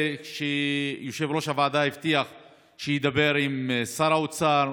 יושב-ראש הוועדה הבטיח שידבר עם שר האוצר,